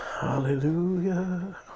Hallelujah